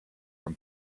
from